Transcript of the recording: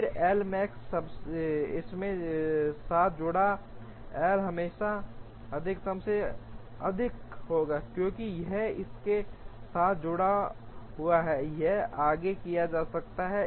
फिर L max इसके साथ जुड़ा एल हमेशा अधिकतम से अधिक होगा क्योंकि यह इसके साथ जुड़ा हुआ है यह आगे किया जा सकता है